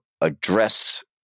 address